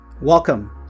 Welcome